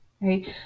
right